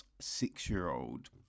six-year-old